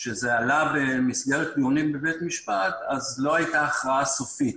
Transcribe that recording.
כשזה עלה שם, לא הייתה הכרעה סופית.